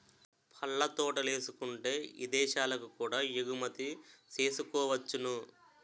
పళ్ళ తోటలేసుకుంటే ఇదేశాలకు కూడా ఎగుమతి సేసుకోవచ్చును